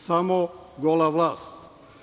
Samo gola vlast.